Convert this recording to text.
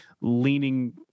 leaning